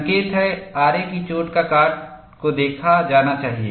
संकेत है आरे की चोट का काट को देखा जाना चाहिए